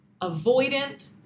avoidant